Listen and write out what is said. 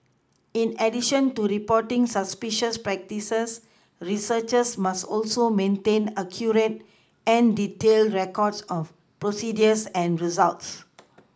in addition to reporting suspicious practices researchers must also maintain accurate and detailed records of procedures and results